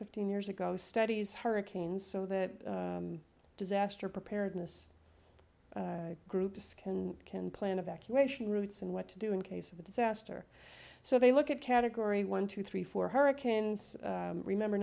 fifteen years ago studies hurricanes so that disaster preparedness groups can can plan evacuation routes and what to do in case of a disaster so they look at category one two three four hurricanes remember